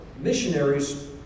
missionaries